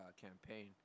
campaign